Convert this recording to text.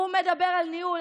הוא מדבר על ניהול,